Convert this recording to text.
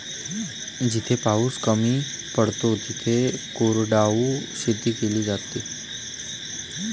जिथे पाऊस कमी पडतो तिथे कोरडवाहू शेती केली जाते